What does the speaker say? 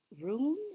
room